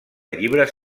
llibres